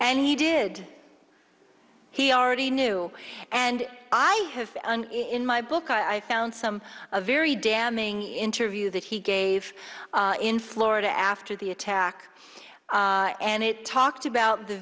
and he did he already knew and i have in my book i found some a very damning interview that he gave in florida after the attack and it talked about the